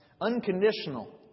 Unconditional